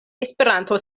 esperanto